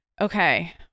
okay